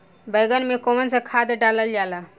बैंगन में कवन सा खाद डालल जाला?